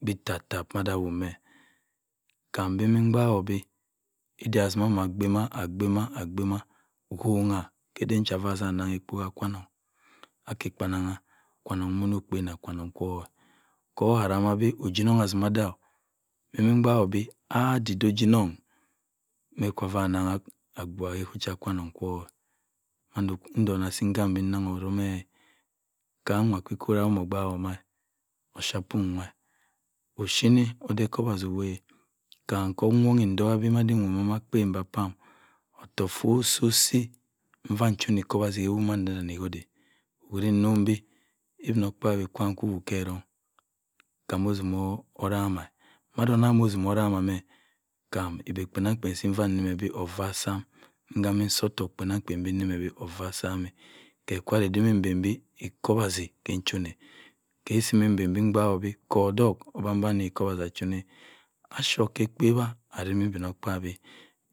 Bi tap-tap mada women. Kam mm-benbe mbaghu bi osi agba-ma-agba-ma-agba-ma. kugha affa ku-ose kwu mmada anangh ekpo se edu cha kwa-nong. ake ekpo ananagh kwa-nong kwo. ku ka samabi ojeonong atima dah mm-benbe mgbaak ku bi. adi-ade ojenong ye kwu ma-naghe abuagh ke asu chi kwa-aong kwu ntong si kam beh enaghu women kwan nwa kwu kora wo-da. ogbaak ho meh osapum wa. octune ode ekubase ewoh. Kam owongha itoka beh odi-oa ma akpen beh pam ottok fu osi-osi effa nfuna ecuba-isi ke ewo made ne ku-ose. okwiri mrombi obin okpabi kwan kwo owe ke erongh kam otima. Osama. Kam ekpan-anam kpen ndi isime beb offah sam! Nkambe insi ottok kpenamkpen nsi meh beh off at sam. ke kwu ndi-tima. mbenbi kuba asi ketun. ke si ndi mbenbi ku odok ani ekuba-asi atun a chip ke ekpewa sima obinokbabi.